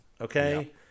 okay